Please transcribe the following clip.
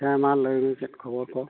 ᱦᱮᱸ ᱢᱟ ᱞᱟᱹᱭ ᱢᱮ ᱪᱮᱫ ᱠᱷᱚᱵᱚᱨ ᱠᱚ